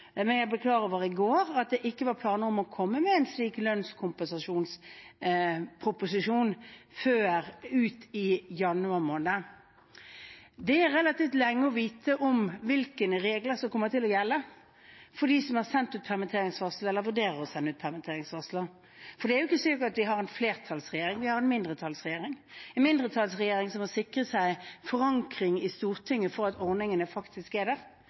Men jeg ble i går klar over at det ikke var planer om å komme med en slik lønnskompensasjonsproposisjon før i januar. Det er relativt lenge å vente på å få vite hvilke regler som kommer til å gjelde for dem som har sendt ut permitteringsvarsler, eller som vurderer å sende ut permitteringsvarsler. Vi har jo ikke en flertallsregjering. Vi har en mindretallsregjering, en mindretallsregjering som må sikre seg forankring i Stortinget for at ordningene faktisk skal være der.